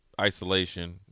isolation